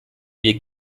wir